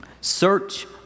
Search